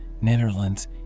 Netherlands